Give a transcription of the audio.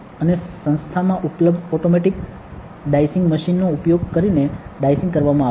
અને સંસ્થામાં ઉપલબ્ધ ઓટોમેટિક ડાઇસીંગ મશીન નો ઉપયોગ કરીને ડાઇસીંગ કરવામાં આવે છે